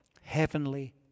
Heavenly